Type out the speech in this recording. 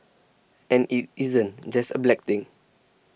and it isn't just a black thing